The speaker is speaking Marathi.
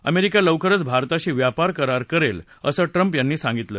अमेरिका लवकरच भारताशी व्यापार करार करेल असं ट्रंप यांनी सांगितलं